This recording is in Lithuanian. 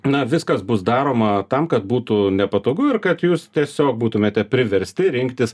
na viskas bus daroma tam kad būtų nepatogu ir kad jūs tiesiog būtumėte priversti rinktis